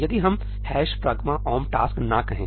यदि हम ' pragma omp task' ना कहें